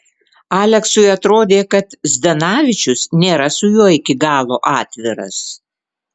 aleksui atrodė kad zdanavičius nėra su juo iki galo atviras